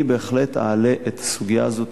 אני אעלה את הסוגיה הזאת,